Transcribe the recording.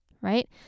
right